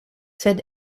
sed